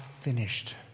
finished